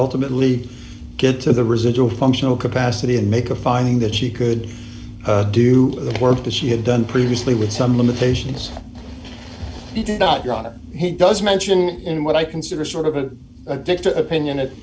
ultimately get to the residual functional capacity and make a finding that she could do the work to she had done previously with some limitations he did not run or he does mention in what i consider sort of an addict opinion it